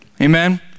Amen